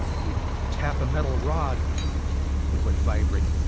you'd tap a metal rod and it would vibrate.